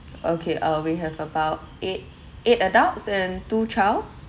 okay uh we have about eight eight adults and two child